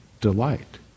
delight